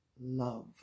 love